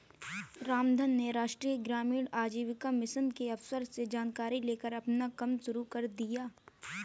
रामधन ने राष्ट्रीय ग्रामीण आजीविका मिशन के अफसर से जानकारी लेकर अपना कम शुरू कर दिया है